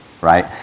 right